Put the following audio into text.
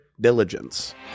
diligence